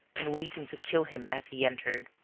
and waiting to kill him as he entered.